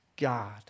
God